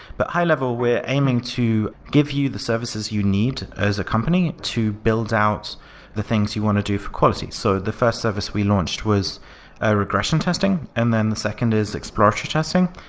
but high-level, we're aiming to give you the services you need as a company to build out the things you want to do for quality. so the first service we launched was a regression testing, and then the second is exploratory testing.